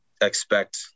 expect